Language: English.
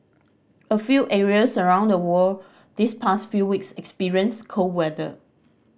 a few areas around the world this past few weeks experienced cold weather